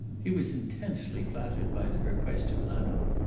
he was intensely flattered by the request of hanaud,